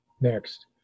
Next